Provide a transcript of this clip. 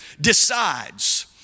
decides